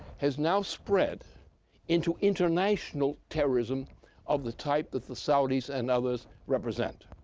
has now spread into international terrorism of the type that the saudis and others represent.